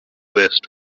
west